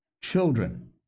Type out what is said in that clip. children